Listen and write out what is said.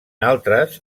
altres